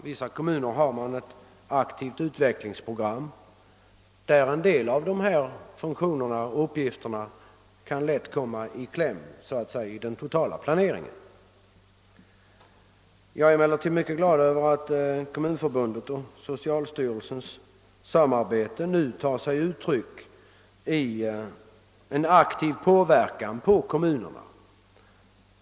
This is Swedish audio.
I vissa kommuner har man därutöver ett aktivt utvecklingsprogram, varvid en del av dessa uppgifter lätt kan komma i kläm i den totala planeringen. Jag är emellertid till freds över att Kommunförbundets och socialstyrelsens samarbete nu tar sig uttryck i en aktiv påverkan på kommunerna.